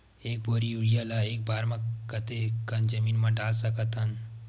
एक बोरी यूरिया ल एक बार म कते कन जमीन म डाल सकत हन?